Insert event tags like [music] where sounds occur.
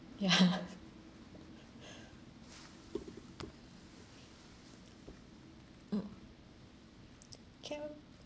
ya [laughs] [breath] mm chill